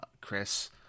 Chris